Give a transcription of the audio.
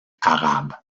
arabes